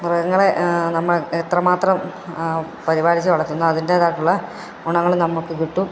മൃഗങ്ങളെ നമ്മൾ എത്ര മാത്രം പരിപാലിച്ചു വളത്തുന്നു അതിൻ്റെതായിട്ടുള്ള ഗുണങ്ങള് നമുക്ക് കിട്ടും